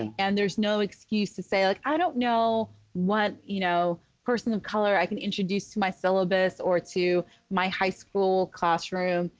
and and there's no excuse to say, like, i don't know what you know person of color i can introduce to my syllabus or to my high school classroom.